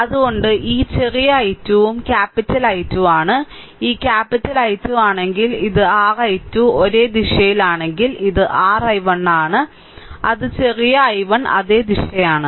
അതിനാൽ ഈ ചെറിയ I2 ഉം ക്യാപിറ്റൽ I2 ആണ് ഈ ക്യാപിറ്റൽ I2 ആണെങ്കിൽ ഇത് r I2 ഒരേ ദിശയിലാണെങ്കിൽ ഇത് r I1 ആണ് അത് ചെറിയ I1 അതേ ദിശയാണ്